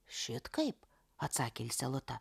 šit kaip atsakė lisė lota